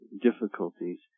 difficulties